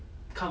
mmhmm